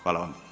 Hvala vam.